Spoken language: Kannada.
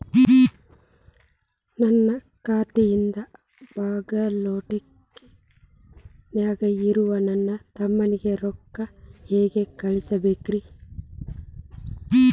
ನನ್ನ ಖಾತೆಯಿಂದ ಬಾಗಲ್ಕೋಟ್ ನ್ಯಾಗ್ ಇರೋ ನನ್ನ ತಮ್ಮಗ ರೊಕ್ಕ ಹೆಂಗ್ ಕಳಸಬೇಕ್ರಿ?